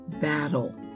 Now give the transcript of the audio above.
battle